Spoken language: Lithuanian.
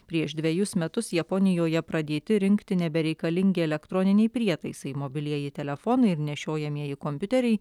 prieš dvejus metus japonijoje pradėti rinkti nebereikalingi elektroniniai prietaisai mobilieji telefonai ir nešiojamieji kompiuteriai